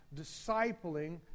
discipling